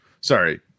Sorry